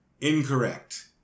Incorrect